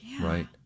Right